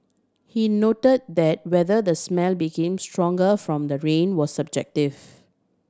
he note that whether the smell became stronger from the rain was subjective